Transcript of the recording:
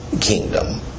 kingdom